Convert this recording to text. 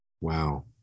Wow